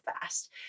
fast